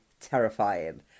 terrifying